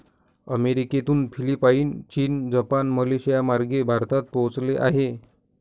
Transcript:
अमेरिकेतून फिलिपाईन, चीन, जपान, मलेशियामार्गे भारतात पोहोचले आहे